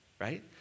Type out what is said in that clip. right